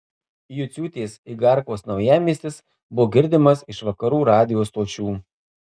juciūtės igarkos naujamiestis buvo girdimas iš vakarų radijo stočių